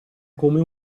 come